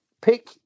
Pick